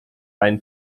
einen